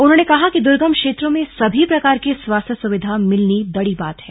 उन्होंने कहा कि दुर्गम क्षेत्रों में सभी प्रकार की स्वास्थ्य सुविधा मिलना बड़ी बात है